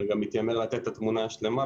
אני לא מתיימר לתת פה את התמונה השלמה,